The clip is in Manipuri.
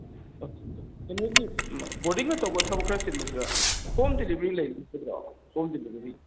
ꯀꯩꯅꯣꯒꯤ ꯕꯣꯔꯗꯤꯡꯒ ꯇꯧꯕ ꯊꯕꯛ ꯈꯔ ꯆꯤꯟꯕꯁꯤꯗ ꯍꯣꯝ ꯗꯦꯂꯤꯚꯔꯤ ꯂꯩꯕꯤꯒꯗ꯭ꯔꯣ ꯍꯣꯝ ꯗꯦꯂꯤꯚꯔꯤ